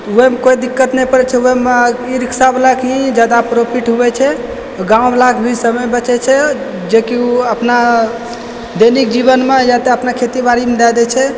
ओहिमे कोइ दिक्कत नहि पड़ै छै ओहिमे ई रिक्शावला के ही जादा प्रॉफिट हुए छै गाँववला के भी समय बचै छै जेकी उ अपना दैनिक जीवनमे या तऽ अपना खेती बारीमे दए दै छै